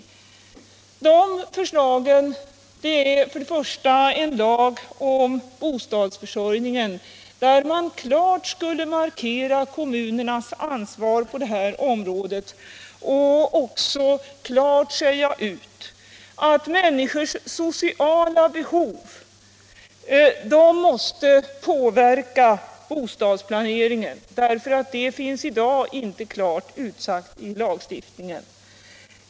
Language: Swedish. För det första gäller det en lag om bostadsförsörjningen, där man klart markerar kommunernas ansvar på det området och också klart säger ifrån att människors sociala behov måste påverka bostadsplaneringen. I dag är inte detta klart utsagt i lagen.